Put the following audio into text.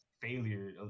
failure